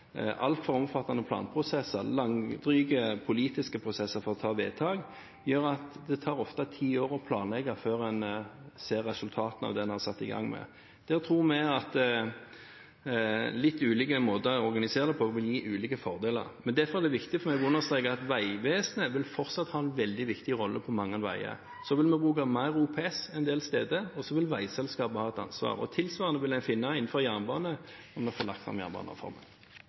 altfor omfattende planprosesser og langdryge politiske prosesser for å få vedtak gjør at det ofte tar ti år å planlegge før en ser resultatene av det en har satt i gang. Der tror vi at litt ulike måter å organisere dette på vil gi ulike fordeler. Men derfor er det viktig å understreke at Vegvesenet fortsatt vil ha en veldig viktig rolle på mange veier. Vi vil også ha mer OPS en del steder. Og så vil vegselskapet ha et ansvar. Tilsvarende vil en finne innenfor jernbane når vi får lagt fram jernbanereformen.